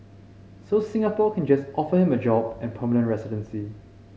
so Singapore can just offer him a job and permanent residency